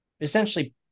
essentially